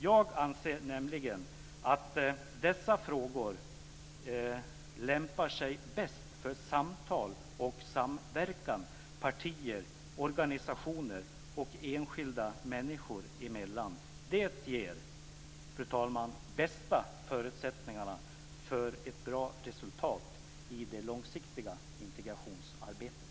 Jag anser nämligen att dessa frågor lämpar sig bäst för samtal och samverkan partier, organisationer och enskilda människor emellan. Det ger, fru talman, de bästa förutsättningarna för ett bra resultat i det långsiktiga integrationsarbetet.